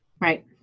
right